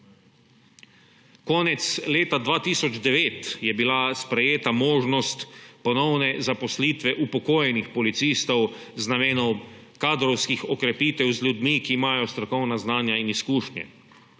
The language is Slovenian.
Konec leta 2009 je bila sprejeta možnost ponovne zaposlitve upokojenih policistov z namenom kadrovskih okrepitev z ljudmi, ki imajo strokovna znanja in izkušnje.